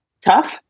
tough